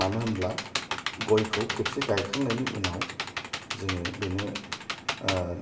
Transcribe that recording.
मानो होनोब्ला गयखौ खेबसे गायखांनायनि उनाव जोङो बेनो